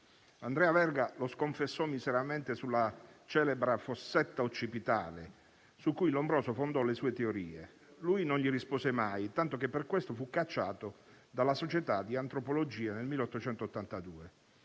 Andrea Verga lo sconfessò miseramente sulla celebre fossetta occipitale su cui Lombroso fondò le sue teorie. Egli non gli rispose mai, tanto che per questo fu cacciato dalla Società di antropologia nel 1882.